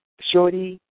Shorty